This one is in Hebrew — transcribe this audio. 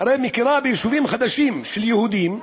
היא הרי מכירה ביישובים חדשים של יהודים,